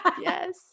Yes